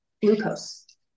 glucose